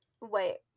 Wait